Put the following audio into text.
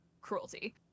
cruelty